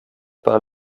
par